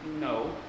no